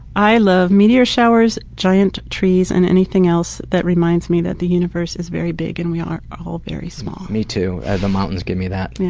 i love meteor showers, giant trees, and anything else that reminds me that the universe is very big and we are all very small. me too. the mountains always give me that. yeah